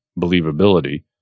believability